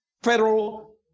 Federal